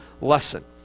lesson